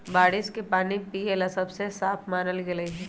बारिश के पानी पिये ला सबसे साफ मानल गेलई ह